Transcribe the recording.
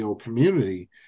community